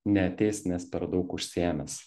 neateis nes per daug užsiėmęs